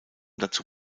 dazu